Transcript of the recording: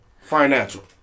financial